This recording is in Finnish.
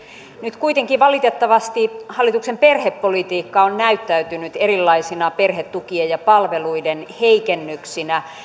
nyt kuitenkin hallituksen perhepolitiikka on valitettavasti näyttäytynyt erilaisina perhetukien ja palveluiden heikennyksinä